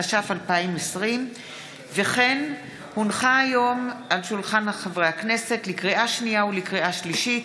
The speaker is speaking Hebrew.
התש"ף 2020. לקריאה שנייה ולקריאה שלישית: